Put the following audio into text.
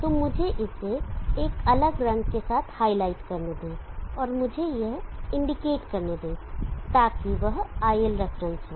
तो मुझे इसे एक अलग रंग के साथ हाइलाइट करने दें और मुझे यह इंडिकेट करने दें ताकि वह iLref हो